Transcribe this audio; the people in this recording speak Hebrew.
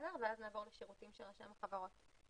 ואז נעבור לשירותים של רשם החברות.